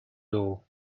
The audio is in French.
d’euros